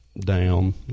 down